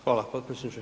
Hvala potpredsjedniče.